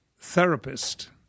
therapist